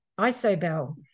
Isobel